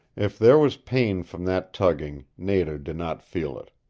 if there was pain from that tugging, nada did not feel it.